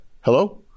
Hello